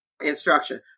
instruction